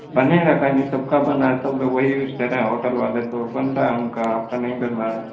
बनेगा काहे नहीं सबका बन रहा है सब लोग वही यूज कर रहे हैं होटल वाले तो बन रहा है उनका आपका नहीं बन रहा है